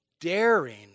daring